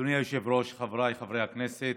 אדוני היושב-ראש, חבריי חברי הכנסת,